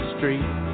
Street